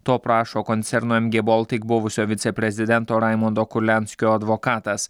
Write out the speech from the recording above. to prašo koncerno mg baltic buvusio viceprezidento raimundo kurlianskio advokatas